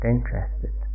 Interested